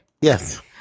Yes